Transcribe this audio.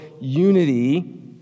unity